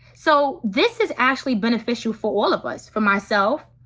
so this is actually beneficial for all of us. for myself,